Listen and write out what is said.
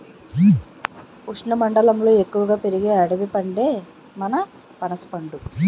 ఉష్ణమండలంలో ఎక్కువగా పెరిగే అడవి పండే మన పనసపండు